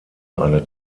eine